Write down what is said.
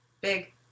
big